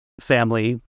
family